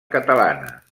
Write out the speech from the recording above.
catalana